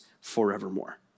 forevermore